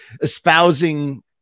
espousing